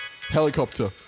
Helicopter